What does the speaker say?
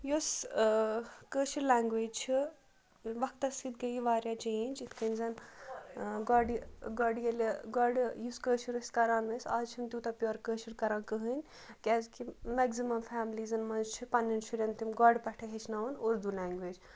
یُس کٲشِر لنٛگویج چھِ وَقتَس سۭتۍ گٔے یہِ واریاہ چینٛج یِتھ کٔنۍ زَن گۄڈٕ گۄڈٕ ییٚلہِ گۄڈٕ یُس کٲشُر أسۍ کَران ٲسۍ آز چھِنہٕ تیوٗتاہ پیور کٲشُر کَران کٕہٕنۍ کیٛازِ کہِ مٮ۪کزِمَم فیملیٖزَن منٛز چھِ پَنٛنٮ۪ن شُرٮ۪ن تِم گۄٕڈنٮ۪ٹھے ہیٚچھناون اُردو لٮ۪نٛگویج